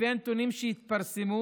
לפי נתונים שהתפרסמו,